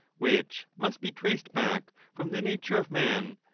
which must be traced back from the nature of man.